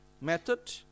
method